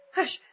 Hush